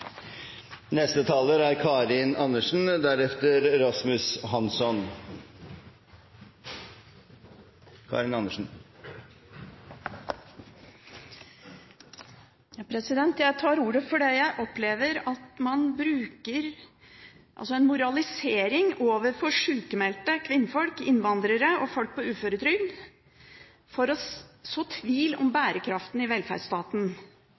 Karin Andersen har hatt ordet to ganger og får ordet til en kort merknad, begrenset til 1 minutt. Jeg tar ordet fordi jeg opplever at man bruker en moralisering overfor sykmeldte kvinnfolk, innvandrere og folk på uføretrygd for å så tvil om bærekraften i velferdsstaten.